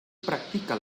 practica